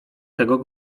tego